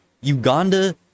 Uganda